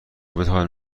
بتوان